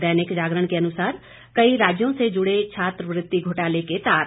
दैनिक जागरण के अनुसार कई राज्यों से जुड़े छात्रवृत्ति घोटाले के तार